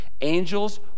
Angels